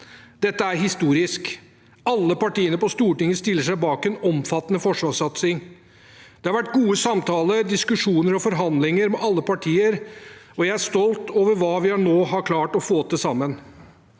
Dette er historisk. Alle partiene på Stortinget stiller seg bak en omfattende forsvarssatsing. Det har vært gode samtaler, diskusjoner og forhandlinger med alle partier, og jeg er stolt over hva vi nå har klart å få til sammen.